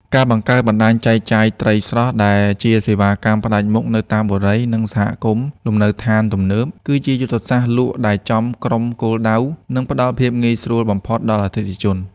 ការបង្កើតបណ្តាញចែកចាយត្រីស្រស់ដែលជាសេវាកម្មផ្ដាច់មុខនៅតាមបុរី និងសហគមន៍លំនៅដ្ឋានទំនើប គឺជាយុទ្ធសាស្ត្រលក់ដែលចំក្រុមគោលដៅ និងផ្ដល់ភាពងាយស្រួលបំផុតដល់អតិថិជន។